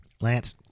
Lance